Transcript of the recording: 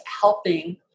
helping